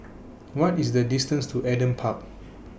What IS The distance to Adam Park